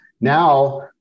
now